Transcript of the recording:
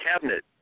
cabinet